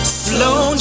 slow